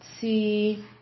see